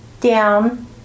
down